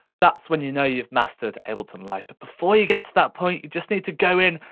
that's when you know you've mastered ableton live. but before you get to that point you just need to go in,